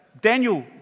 Daniel